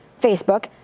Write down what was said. Facebook